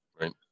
Right